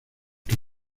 que